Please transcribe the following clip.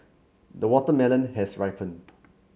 the watermelon has ripened